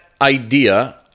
idea